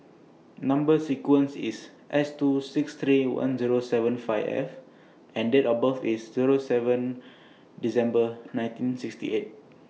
Number sequence IS S two six three one Zero seven five F and Date of birth IS Zero seven December nineteen sixty eight